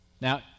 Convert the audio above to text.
Now